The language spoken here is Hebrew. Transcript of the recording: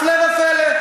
הפלא ופלא,